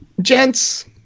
Gents